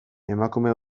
emakume